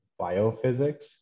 biophysics